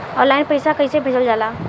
Online पैसा कैसे भेजल जाला?